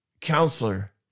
counselor